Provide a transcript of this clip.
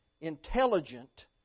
intelligent